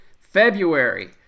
february